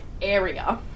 area